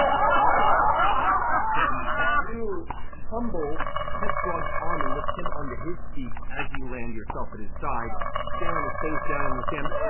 ah ah um you tumble, catch grog's arm, and lift him onto his feet as you land yourself at his side. ah scanlan is face-down in the sand.